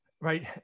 Right